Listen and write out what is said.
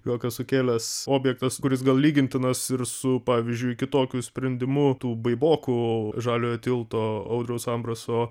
juoką sukėlęs objektas kuris gal lygintinas ir su pavyzdžiui kitokiu sprendimu tų baibokų žaliojo tilto audriaus ambraso